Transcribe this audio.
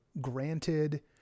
granted